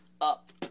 Up